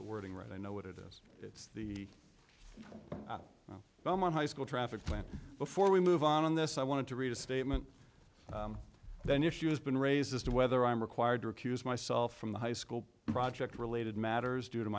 the wording right i know what it is it's the well my high school traffic plan before we move on this i want to read a statement then issue has been raised as to whether i am required to recuse myself from the high school project related matters due to